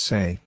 Say